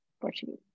portuguese